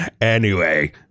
Anyway